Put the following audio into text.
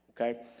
Okay